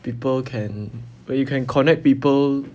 people can where you can connect people